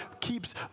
keeps